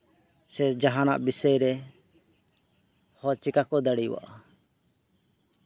ᱥᱮ ᱡᱟᱦᱟᱱᱟᱜ ᱵᱤᱥᱚᱭᱨᱮ ᱨᱚᱲ ᱪᱤᱠᱟ ᱠᱚ ᱫᱟᱲᱮᱭᱟᱜᱼᱟ